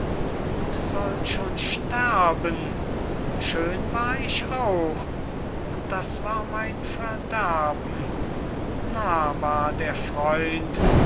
und soll schon sterben schön war ich auch und das war mein verderben nah war der freund